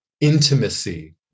intimacy